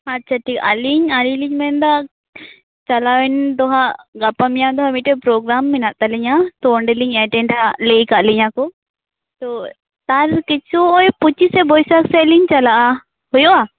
ᱟᱪᱪᱷᱟ ᱴᱷᱤᱠ ᱟᱹᱞᱤᱧ ᱟᱹᱞᱤᱞᱤᱧ ᱢᱮᱱᱫᱟ ᱪᱟᱞᱟᱣᱮᱱ ᱫᱚᱦᱟᱸᱜ ᱜᱟᱯᱟ ᱢᱮᱭᱟᱝ ᱫᱚ ᱢᱤᱫᱴᱟᱝ ᱯᱨᱚᱜᱽᱜᱨᱟᱢ ᱢᱮᱱᱟᱜ ᱛᱟᱹᱞᱤᱧᱟ ᱛᱚ ᱚᱸᱰᱮ ᱞᱤᱧ ᱮᱴᱮᱱᱰᱟ ᱞᱟ ᱭ ᱠᱟᱜ ᱞᱤᱧᱟᱠᱚ ᱛᱚ ᱛᱟᱦᱞᱮ ᱠᱤᱪᱷᱩ ᱦᱚᱭ ᱯᱚᱪᱤᱥᱮ ᱵᱚᱭᱥᱟᱠᱷ ᱥᱮᱫ ᱞᱤᱧ ᱪᱟᱞᱟᱜ ᱦᱩᱭᱩᱜ ᱼᱟ